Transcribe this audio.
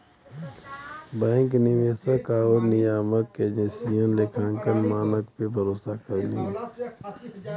bank निवेशक आउर नियामक एजेंसियन लेखांकन मानक पे भरोसा करलीन